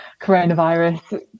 coronavirus